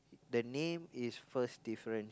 the name is first difference